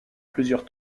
plusieurs